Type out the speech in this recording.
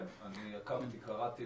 כן, אני עקבתי, קראתי.